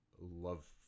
love